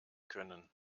können